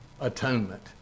atonement